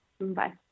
Bye